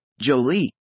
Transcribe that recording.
Jolie